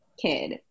kid